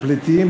הפליטים,